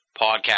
podcast